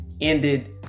ended